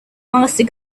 master